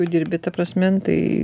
tu dirbi ta prasme nu tai